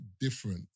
different